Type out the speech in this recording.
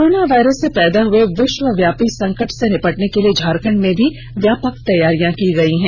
corona virus से पैदा हुए विष्वव्यापी संकट से निपटने के लिए झारखंड में भी व्यापक तैयारियां की गयी हैं